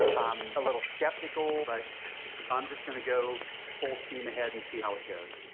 i'm a little skeptical, but i'm just gonna go full steam ahead and see how it goes.